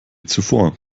zuvor